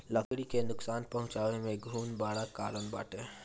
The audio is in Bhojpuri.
लकड़ी के नुकसान पहुंचावे में घुन बड़ कारण बाटे